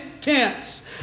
tense